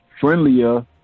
friendlier